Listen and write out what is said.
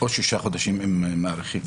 או שישה חודשים, אם מאריכים.